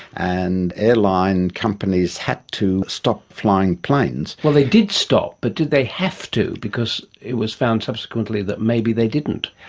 and airline companies had to stop flying planes. well, they did stop, but did they have to? because it was found subsequently that maybe they didn't.